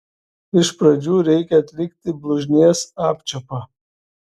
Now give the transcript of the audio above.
iš pradžių reikia atlikti blužnies apčiuopą